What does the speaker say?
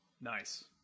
Nice